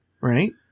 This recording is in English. Right